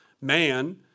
Man